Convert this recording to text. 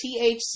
THC